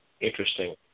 Interesting